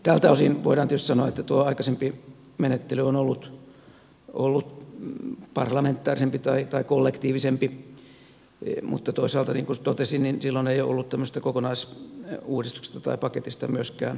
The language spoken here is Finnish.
tältä osin voidaan tietysti sanoa että tuo aikaisempi menettely on ollut parlamentaarisempi tai kollektiivisempi mutta toisaalta niin kuin totesin silloin ei ole ollut tämmöistä kokonaisuudistuksesta tai paketista myöskään kysymys